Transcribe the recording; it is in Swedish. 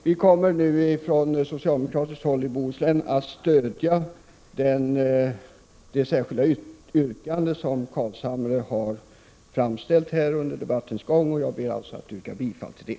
Vi kommer nu från socialdemokratiskt håll i Bohuslän att stödja det särskilda yrkande som Nils Carlshamre har framställt under debattens gång, och jag ber att få yrka bifall till det.